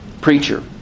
preacher